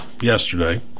yesterday